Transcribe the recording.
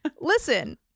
Listen